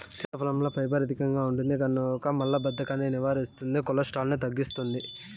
సీతాఫలంలో ఫైబర్ అధికంగా ఉంటుంది కనుక మలబద్ధకాన్ని నివారిస్తుంది, కొలెస్ట్రాల్ను తగ్గిస్తుంది